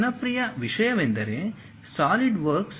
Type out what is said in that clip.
ಜನಪ್ರಿಯ ವಿಷಯವೆಂದರೆ ಸಾಲಿಡ್ವರ್ಕ್ಸ